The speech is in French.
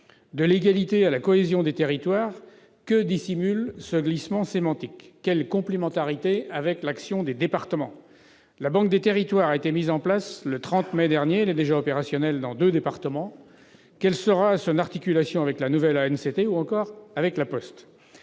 De l'égalité à la cohésion des territoires, que dissimule ce glissement sémantique ? Quelle complémentarité existe-t-il avec l'action des départements ? La banque des territoires a été mise en place le 30 mai dernier. Elle est déjà opérationnelle dans deux départements. Quelle sera son articulation avec la nouvelle agence ou encore avec La Poste ?